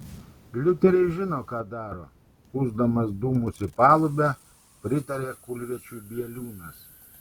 liuteris žino ką daro pūsdamas dūmus į palubę pritarė kulviečiui bieliūnas